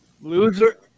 Loser